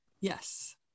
Yes